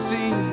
See